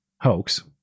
hoax